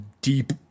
deep